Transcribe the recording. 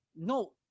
No